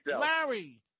Larry